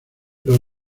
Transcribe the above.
los